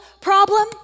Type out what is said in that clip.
problem